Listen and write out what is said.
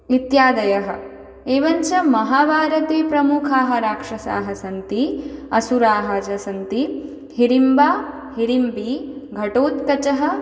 इत्यादयः एवञ्च महाभारते प्रमुखाः राक्षसाः सन्ति असुराः च सन्ति हिडिम्बा हिडिम्बिः घटोत्कचः